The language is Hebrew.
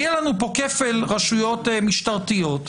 יהיה לנו פה כפל רשויות משטרתיות,